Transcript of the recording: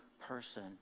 person